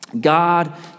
God